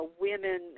women